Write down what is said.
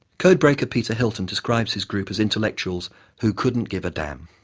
codebreaker peter hilton describes his group as intellectuals who couldn't give a damn,